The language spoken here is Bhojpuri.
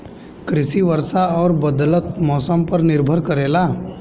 कृषि वर्षा और बदलत मौसम पर निर्भर करेला